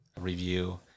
review